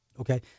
okay